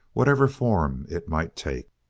whatever form it might take.